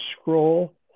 scroll